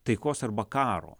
taikos arba karo